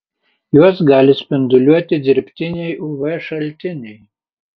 juos gali spinduliuoti dirbtiniai uv šaltiniai